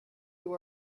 you